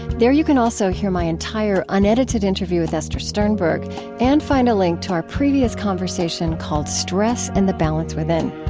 there you can also hear my entire, unedited interview with esther sternberg and find a link to our previous conversation, called stress and the balance within.